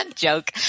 joke